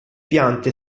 piante